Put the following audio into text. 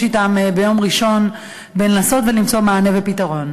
אתם ביום ראשון לנסות ולמצוא מענה ופתרון.